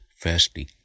Firstly